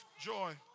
joy